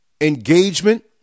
engagement